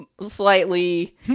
slightly